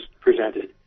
presented